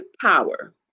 power